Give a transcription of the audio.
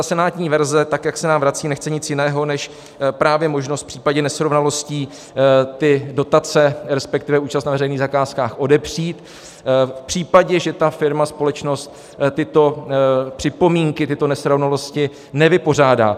Senátní verze, jak se nám vrací, nechce nic jiného než právě možnost v případě nesrovnalostí ty dotace, respektive účast na veřejných zakázkách, odepřít v případě, že firma, společnost, tyto připomínky, tyto nesrovnalosti nevypořádá.